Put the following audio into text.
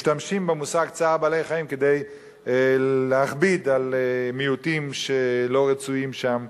משתמשים במושג צער בעלי-חיים כדי להכביד על מיעוטים שלא רצויים שם,